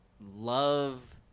Love